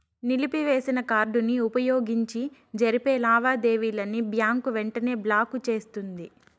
నిలిపివేసిన కార్డుని వుపయోగించి జరిపే లావాదేవీలని బ్యాంకు వెంటనే బ్లాకు చేస్తుంది